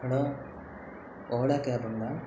hello Ola கேபுங்களா